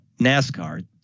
NASCAR